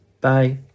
Bye